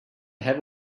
have